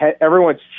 everyone's